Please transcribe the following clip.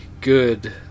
good